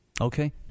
Okay